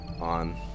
on